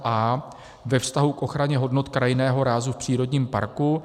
a) ve vztahu k ochraně hodnot krajinného rázu v přírodním parku.